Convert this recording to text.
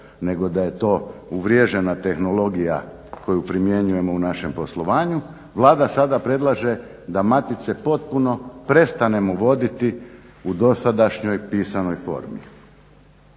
nego da je to uvriježena tehnologija koju primjenjujemo u našem poslovanju, Vlada sada predlaže da matice potpuno prestanemo voditi u dosadašnjoj pisanoj formi.